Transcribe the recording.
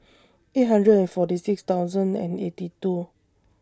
eight hundred and forty six thousand and eighty two